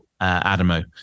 Adamo